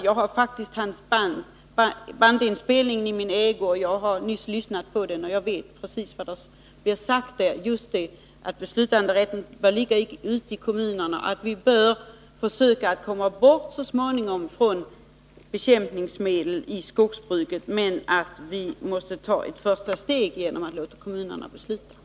Jag har en bandinspelning av talet i min ägo, och jag har nyss lyssnat på den, så jag vet precis vad som är sagt, nämligen just detta att beslutanderätten bör ligga hos kommunerna, att vi bör försöka så småningom komma bort från användningen av bekämpningsmedel i skogsbruket men att vi måste ta ett första steg genom att låta kommunerna bestämma.